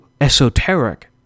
esoteric